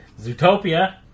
Zootopia